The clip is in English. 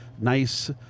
nice